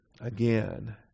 again